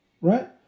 right